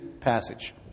passage